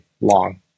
long